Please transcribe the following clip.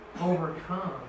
overcome